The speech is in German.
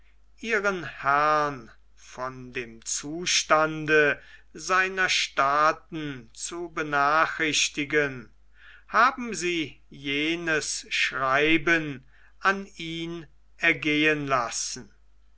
ihren herrn von dem zustande seiner staaten zu benachrichtigen haben sie jenes schreiben an ihn ergehen lassen